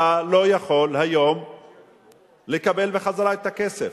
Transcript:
אתה לא יכול היום לקבל בחזרה את הכסף.